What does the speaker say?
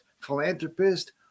philanthropist